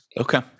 Okay